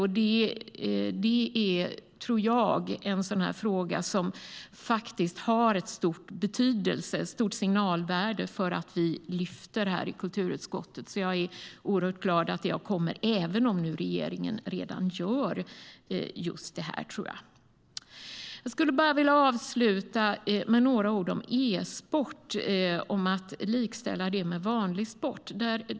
Jag tror att det är en fråga som det har stor betydelse och stort signalvärde att vi lyfter fram i kulturutskottet. Jag är därför oerhört glad att detta har kommit, även om jag tror att regeringen redan gör just det här. Jag vill avsluta med att säga några ord om e-sport och att likställa det med vanlig sport.